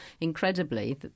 Incredibly